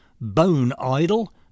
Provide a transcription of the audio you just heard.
bone-idle